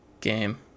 game